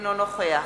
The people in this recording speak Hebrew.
אינו נוכח